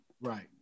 Right